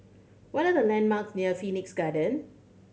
what are the landmarks near Phoenix Garden